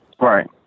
Right